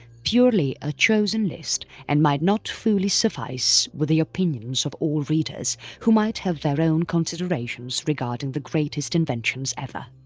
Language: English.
purely a chosen list and might not fully suffice with the opinions of all readers, who might have their own considerations regarding the greatest inventions ever.